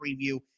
preview